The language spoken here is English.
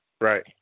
Right